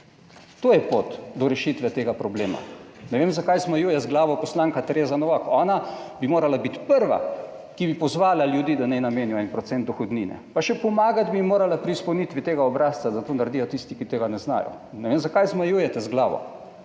to je pot do rešitve tega problema. Ne vem zakaj, zmajuje z glavo poslanka Tereza Novak. Ona bi morala biti prva, ki bi pozvala ljudi, da naj namenijo 1 % dohodnine, pa še pomagati bi morala pri izpolnitvi tega obrazca, da to naredijo tisti, ki tega ne znajo. Ne vem zakaj zmajujete z glavo.